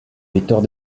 victoire